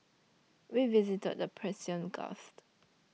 we visited the Persian Gulf